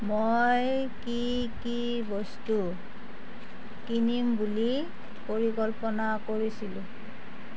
মই কি কি বস্তু কিনিম বুলি পৰিকল্পনা কৰিছিলোঁ